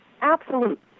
absolute